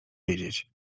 wiedzieć